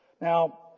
Now